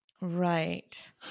Right